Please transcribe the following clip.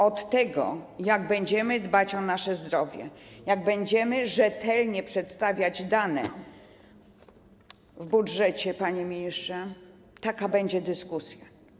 Od tego, jak będziemy dbać o nasze zdrowie, jak będziemy rzetelnie przedstawiać dane w budżecie, panie ministrze, będzie zależało, jaka będzie dyskusja.